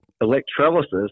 Electrolysis